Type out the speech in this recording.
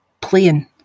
playing